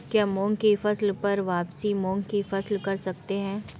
क्या मूंग की फसल पर वापिस मूंग की फसल कर सकते हैं?